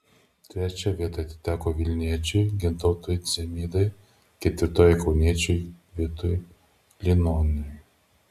trečia vieta atiteko vilniečiui gintautui dzemydai ketvirtoji kauniečiui vitui linoniui